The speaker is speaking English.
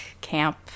camp